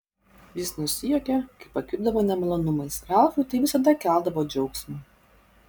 jis nusijuokė kai pakvipdavo nemalonumais ralfui tai visada keldavo džiaugsmą